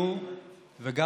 או שאתה מגיש הצעת אי-אמון?